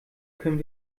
können